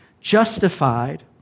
Justified